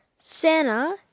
Santa